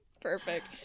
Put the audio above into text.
Perfect